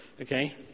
okay